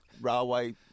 railway